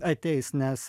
ateis nes